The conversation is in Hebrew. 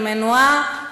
אני מנועה,